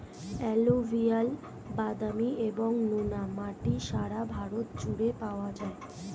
alluvial, বাদামি এবং নোনা মাটি সারা ভারত জুড়ে পাওয়া যায়